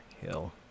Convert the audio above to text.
hill